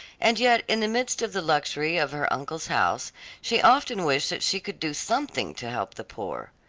and yet in the midst of the luxury of her uncle's house she often wished that she could do something to help the poor.